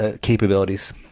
capabilities